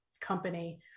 company